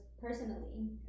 personally